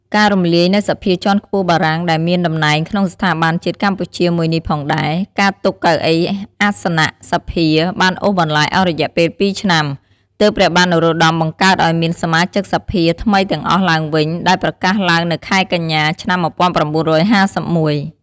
ការរំលាយនៅសភាជាន់ខ្ពស់បារាំងដែលមានតំណែងក្នុងស្ថាប័នជាតិកម្ពុជាមួយនេះផងដែរ ការទុកកៅអីអសនៈសភា បានអូសបន្លាយអស់រយៈពេល ២ឆ្នាំ ទើបព្រះបាទនរោត្តមបង្កើតឱ្យមានសមាជិកសភាថ្មីទាំងអស់ឡើងវិញដែលប្រកាសឡើងនៅខែកញ្ញា ឆ្នាំ ១៩៥១។